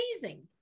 amazing